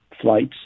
flights